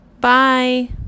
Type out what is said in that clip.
Bye